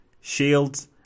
shields